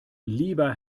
lieber